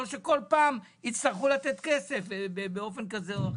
אז שלא כל פעם יצטרכו לתת כסף באופן כזה או אחר.